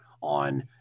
on